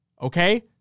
okay